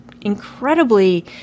incredibly